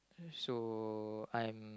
so I'm